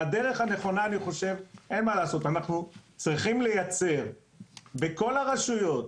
אין מה לעשות, אנחנו צריכים לייצר בכל הרשויות,